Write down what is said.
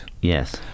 Yes